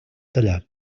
tallar